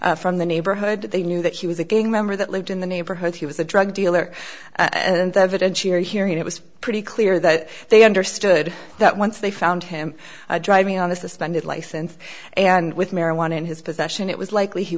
burton from the neighborhood they knew that he was a gang member that lived in the neighborhood he was a drug dealer and the evidence here here and it was pretty clear that they understood that once they found him driving on a suspended license and with marijuana in his possession it was likely he